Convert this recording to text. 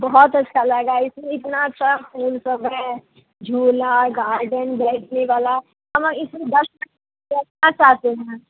बहुत अच्छा लगा इसमें इतना अच्छा फूल सब है झूला गार्डन बैठने वाला हम इसमें दस बैठना चाहते हैं